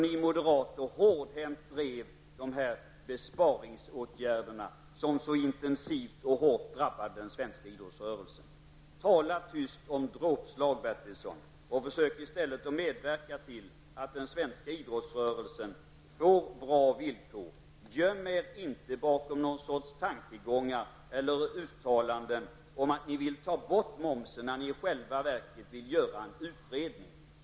Ni moderater drev hårdhänt besparingsåtgärderna som så intensivt och hårt drabbade den svenska idrottsrörelsen. Tala tyst om dråpslag, Bertilsson, och försök i stället att medverka till att den svenska idrottsrörelsen får bra villkor. Göm er inte bakom några sorts tankegångar eller uttalanden om att ni vill ta bort momsen när ni i själva verket vill tillsätta en utredning.